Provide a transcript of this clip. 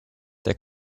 der